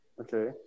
Okay